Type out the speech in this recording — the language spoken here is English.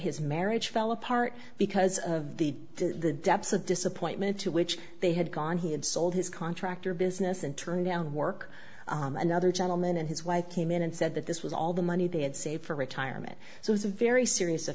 his marriage fell apart because of the depths of disappointment to which they had gone he had sold his contractor business and turned down work another gentleman and his wife came in and said that this was all the money they had saved for retirement so it's a very serious